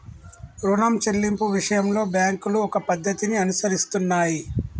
రుణం చెల్లింపు విషయంలో బ్యాంకులు ఒక పద్ధతిని అనుసరిస్తున్నాయి